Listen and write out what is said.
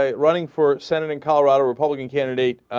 ah running for senate in colorado republican candidate